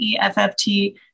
EFFT